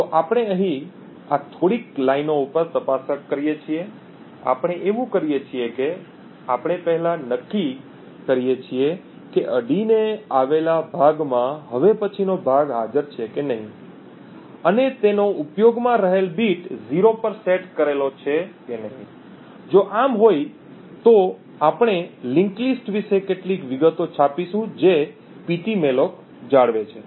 તો આપણે અહીં આ થોડીક લાઈનો ઉપર તપાસ કરીએ છીએ આપણે એવું કરીએ છીએ કે આપણે પહેલા નક્કી કરીએ છીએ કે અડીને આવેલા ભાગમાં હવે પછીનો ભાગ હાજર છે કે નહીં અને તેનો ઉપયોગમાં રહેલ બીટ 0 પર સેટ કરેલો છે જો આમ હોય તો આપણે લિંક લિસ્ટ વિશે કેટલીક વિગતો છાપીશું જે પીટીમેલોક જાળવે છે